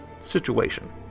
situation